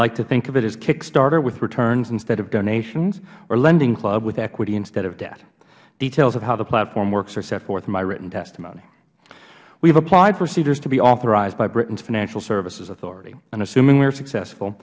like to think of it as kickstarter with returns instead of donations or lending club with equity instead of debt details of how the platform works are set forth in my written testimony we have applied for seedrs to be authorized by britain's financial services authority and assuming we are successful